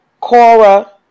Cora